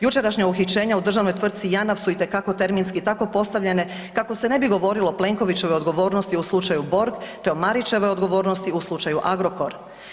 Jučerašnja uhićenja u državnoj tvrtci Janaf su itekako terminski tako postavljene kako se ne bi govorilo o Plenkovićevoj odgovornosti u slučaju Borg, te o Marićevoj odgovornosti u slučaju Agrokor.